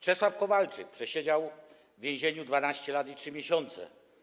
Czesław Kowalczyk przesiedział w więzieniu 12 lat i 3 miesiące.